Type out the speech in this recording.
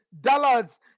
dollars